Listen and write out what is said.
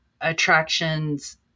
attractions